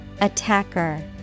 Attacker